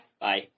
Bye